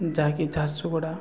ଯାହାକି ଝାରସୁଗଡ଼ା